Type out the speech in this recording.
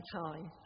time